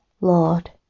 Lord